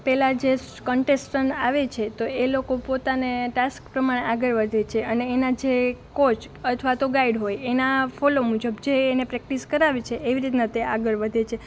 પેલા જે કન્ટેસ્ટેન્ટ આવે છે તો એ એ લોકો પોતાને ટાસ્ક પ્રમાણે આગળ વધે છે અને એના જે કોચ અથવા તો ગાઈડ હોય એના ફોલો મુજબ જે એને પ્રેકટીસ કરાવે છે એવી રીતના તે આગળ વધે છે